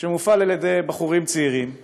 שמופעל על-ידי בחורים צעירים מוסתים,